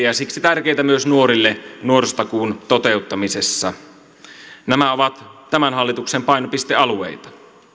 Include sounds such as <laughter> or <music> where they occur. <unintelligible> ja siksi tärkeitä myös nuorille nuorisotakuun toteuttamisessa nämä ovat tämän hallituksen painopistealueita